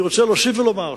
אני רוצה להוסיף ולומר,